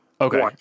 Okay